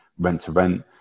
rent-to-rent